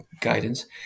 guidance